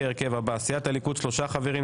ההרכב הבא: סיעת הליכוד שלושה חברים,